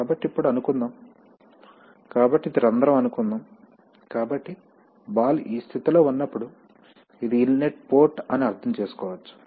కాబట్టి ఇప్పుడు అనుకుందాం కాబట్టి ఇది రంధ్రం అనుకుందాం కాబట్టి బాల్ ఈ స్థితిలో ఉన్నప్పుడు ఇది ఇన్లెట్ పోర్ట్ అని అర్థం చేసుకోవచ్చు